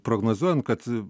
prognozuojant kad